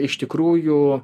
iš tikrųjų